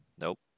Nope